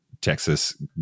Texas